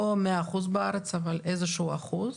לא מאה אחוז בארץ אבל איזה שהוא אחוז,